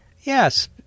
Yes